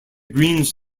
greens